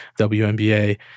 WNBA